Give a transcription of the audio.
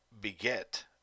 beget